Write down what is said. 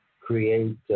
create